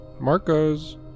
Marcos